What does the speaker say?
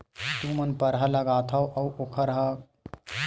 तू मन परहा लगाथव अउ ओखर हा सही रेट मा नई बेचवाए तू मन ला कइसे लगथे?